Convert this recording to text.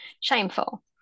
shameful